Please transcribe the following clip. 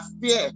fear